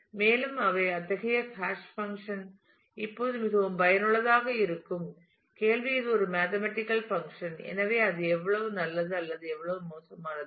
மற்றும் எனவே அத்தகைய ஹாஷ் பங்க்ஷன் இப்போது மிகவும் பயனுள்ளதாக இருக்கும் கேள்வி இது ஒரு மேத்தமேட்டிக்கல் பங்க்ஷன் எனவே அது எவ்வளவு நல்லது அல்லது எவ்வளவு மோசமானது